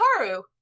Karu